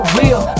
real